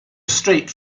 strait